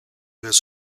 his